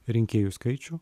rinkėjų skaičių